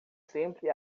sempre